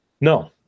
No